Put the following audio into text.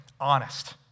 honest